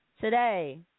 today